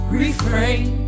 refrain